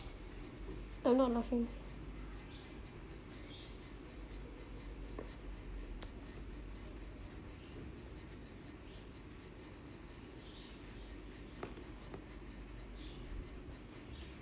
uh no nothing